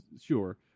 sure